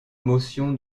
motion